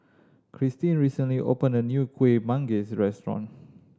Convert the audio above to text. Cristin recently opened a new Kueh Manggis restaurant